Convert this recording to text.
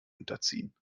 unterziehen